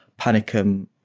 panicum